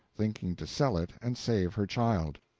thinking to sell it and save her child.